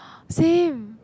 same